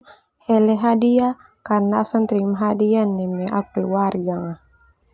Hele hadiah karena au sanga terima hadiah neme au keluarga nga.